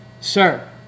sir